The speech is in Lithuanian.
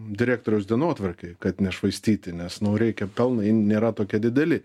direktoriaus dienotvarkėj kad nešvaistyti nes nu reikia pelnai nėra tokie dideli